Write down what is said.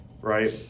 right